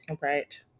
Right